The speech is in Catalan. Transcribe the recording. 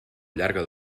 llarga